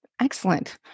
Excellent